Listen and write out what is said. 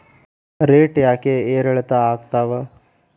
Rate ಯಾಕೆ ಏರಿಳಿತ ಆಗ್ತಾವ?